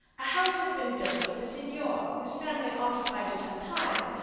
a house had been built for the seigneur, whose family occupied it at times,